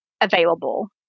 available